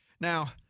Now